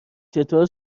چطور